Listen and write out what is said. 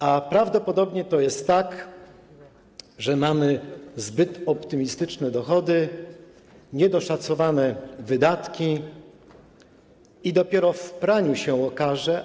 A prawdopodobnie to jest tak, że mamy zbyt optymistyczne dochody, niedoszacowane wydatki i dopiero w praniu to się okaże.